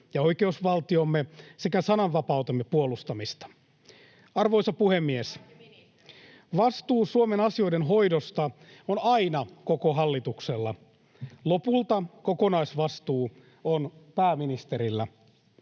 ja oikeusvaltiomme sekä sananvapautemme puolustamista. [Jenna Simula: Paitsi ministerin!] Arvoisa puhemies! Vastuu Suomen asioiden hoidosta on aina koko hallituksella. Lopulta kokonaisvastuu on pääministerillä.